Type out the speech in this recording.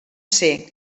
ser